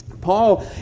Paul